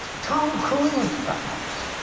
tom cruise, perhaps.